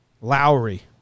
Lowry